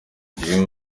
kimwe